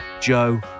Joe